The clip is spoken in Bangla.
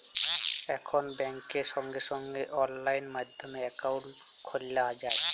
এখল ব্যাংকে সঙ্গে সঙ্গে অললাইন মাধ্যমে একাউন্ট খ্যলা যায়